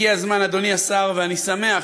הגיע הזמן, אדוני השר, ואני שמח